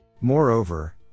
Moreover